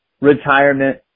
retirement